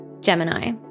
Gemini